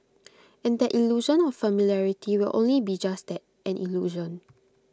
and that illusion of familiarity will only be just that an illusion